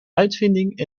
uitvinding